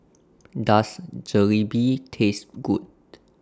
Does Jalebi Taste Good